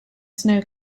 snow